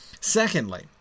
Secondly